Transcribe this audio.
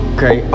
Okay